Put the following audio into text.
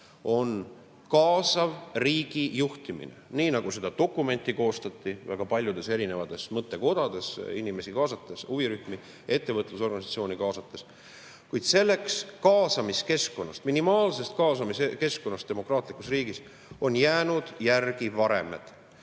on kaasav riigijuhtimine. Seda dokumenti koostati väga paljudes erinevates mõttekodades inimesi kaasates, huvirühmi, ettevõtlusorganisatsioone kaasates. Kuid sellest kaasamiskeskkonnast, minimaalse kaasamise keskkonnast meie demokraatlikus riigis on jäänud järele varemed.